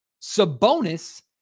Sabonis